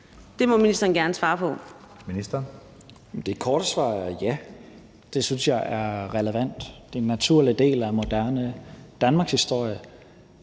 (Mattias Tesfaye): Det korte svar er ja. Det synes jeg er relevant. Det er en naturlig del af moderne danmarkshistorie,